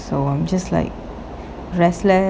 so I'm just like restless